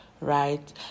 right